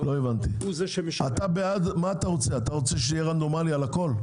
מה אתה רוצה, שזה יהיה רנדומלי על הכול?